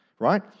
right